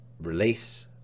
release